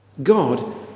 God